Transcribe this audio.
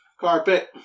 carpet